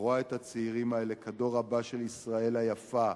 הרואה את הצעירים האלה כדור הבא של ישראל היפה,